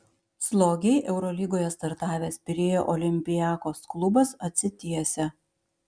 slogiai eurolygoje startavęs pirėjo olympiakos klubas atsitiesia